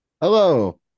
Hello